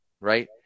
right